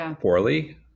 poorly